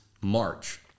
March